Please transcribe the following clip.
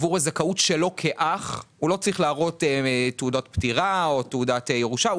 עבור הזכאות שלו כאח הוא לא צריך להראות תעודת פטירה או תעודת ירושה,